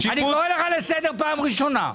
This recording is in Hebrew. אני קורא לך לסדר פעם ראשונה.